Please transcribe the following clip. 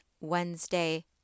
Wednesday